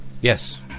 Yes